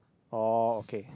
oh okay